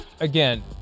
again